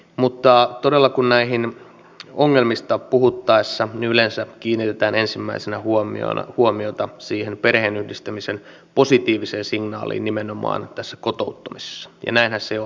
mutta todella näistä ongelmista puhuttaessa yleensä kiinnitetään ensimmäisenä huomiota perheenyhdistämisen positiiviseen signaaliin nimenomaan kotouttamisessa ja näinhän se on